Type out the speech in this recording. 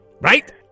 Right